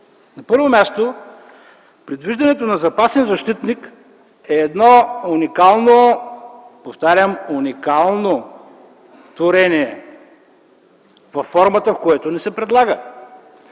На първо място, предвиждането на запасен защитник е едно уникално, повтарям, уникално творение във формата, в която ни се предлага.